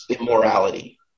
immorality